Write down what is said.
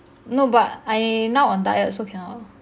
no but I now on diet so cannot